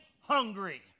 hungry